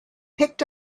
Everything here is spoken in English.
picked